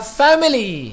family